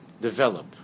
develop